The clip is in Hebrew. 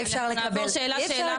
אנחנו נעבור שאלה שאלה,